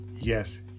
Yes